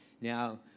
Now